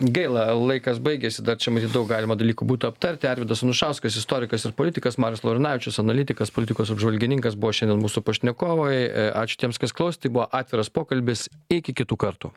gaila laikas baigėsi dar čia matyt daug galima dalykų būtų aptarti arvydas anušauskas istorikas ir politikas marius laurinavičius analitikas politikos apžvalgininkas buvo šiandien mūsų pašnekovai ačiū tiems kas klausėt tai buvo atviras pokalbis iki kitų kartų